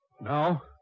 Now